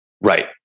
Right